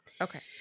Okay